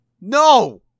No